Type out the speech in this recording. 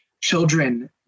children